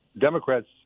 Democrats